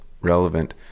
relevant